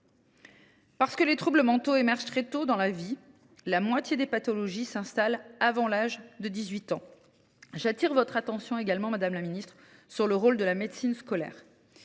Parce que les troubles mentaux apparaissent très tôt dans la vie – la moitié des pathologies s’installe avant l’âge de 18 ans –, j’attire également votre attention, madame la ministre, sur le rôle de la médecine scolaire.